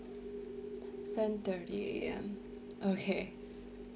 ten thirty A_M okay